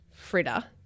fritter